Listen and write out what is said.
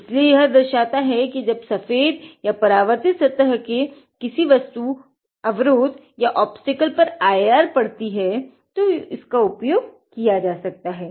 इसीलिए यह दर्शाता है कि जब सफेद या परावर्तित सतह के किसी वस्तु या अवरोध पर IR पढ़ती हैं तो इसका उपयोग किया जा सकता है